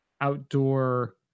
outdoor